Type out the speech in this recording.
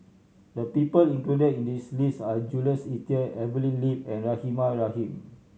the people included in this list are Jules Itier Evelyn Lip and Rahimah Rahim